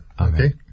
okay